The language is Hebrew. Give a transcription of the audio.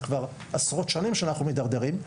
זה כבר עשרות שנים שאנחנו מידרדרים,